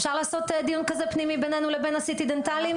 אפשר לעשות דיון כזה פנימי בינינו לבין ה-CT דנטליים?